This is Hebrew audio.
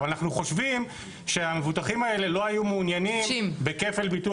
אבל אנחנו חושבים שהמבוטחים האלה לא היו מעוניינים בכפל ביטוח.